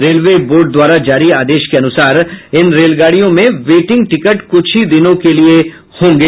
railway board द्वारा जारी आदेश के अनुसार इन रेलगाड़ियों में वेटिंग टिकट कुछ ही दिनों के लिये होंगे